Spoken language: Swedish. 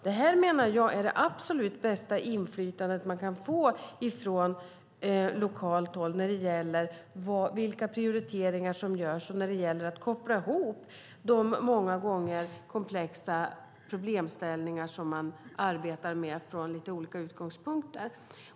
Det här menar jag är det absolut bästa inflytandet man kan få från lokalt håll när det gäller vilka prioriteringar som görs och när det gäller att koppla ihop de många gånger komplexa problemställningar som man arbetar med från lite olika utgångspunkter.